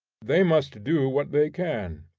they must do what they can.